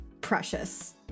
Precious